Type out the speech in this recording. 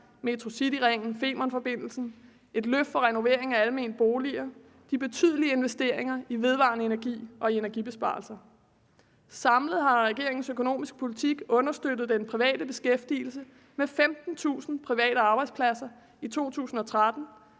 metrocityringen, Femernforbindelsen, et løft i renoveringen af almene boliger og de betydelige investeringer i vedvarende energi og i energibesparelser. Samlet har regeringens økonomiske politik understøttet den private beskæftigelse med 15.000 arbejdspladser i 2013